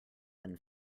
than